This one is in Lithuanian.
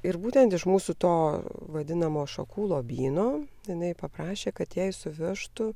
ir būtent iš mūsų to vadinamo šakų lobyno jinai paprašė kad jai suvežtų